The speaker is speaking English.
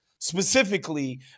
specifically